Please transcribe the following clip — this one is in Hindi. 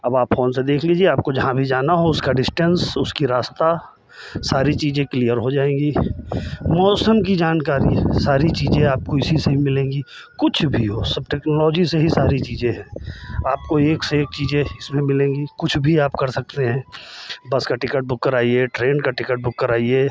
अब आप फोन से देख लीजिए आपको जहाँ भी जाना हो उसका डिस्टेंस उसकी रास्ता सारी चीज़ें क्लियर हो जाएँगी मौसम की जानकारी सारी चीज़ें आपको इसी से ही मिलेंगी कुछ भी हो सब टेक्नोलॉजी से ही सारी चीज़ें हैं आपको एक से एक चीज़ें इसमें मिलेंगी कुछ भी आप कर सकते हैं बस का टिकट बुक कराइए ट्रेन का टिकट बुक कराइए